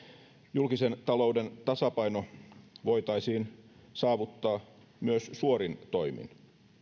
julkisen talouden tasapaino voitaisiin saavuttaa myös suorin toimin